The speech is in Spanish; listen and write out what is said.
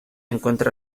encuentra